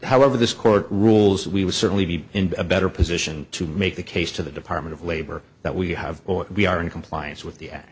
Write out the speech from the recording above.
however this court rules we would certainly be in a better position to make the case to the department of labor that we have or we are in compliance with